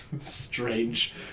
strange